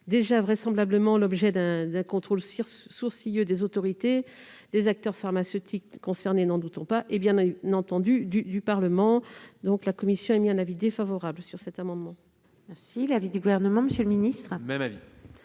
déjà vraisemblablement l'objet d'un contrôle sourcilleux des autorités, des acteurs pharmaceutiques concernés, n'en doutons pas, et, bien entendu, du Parlement. Par conséquent, la commission émet un avis défavorable sur cet amendement. Quel est l'avis du Gouvernement ? Même avis.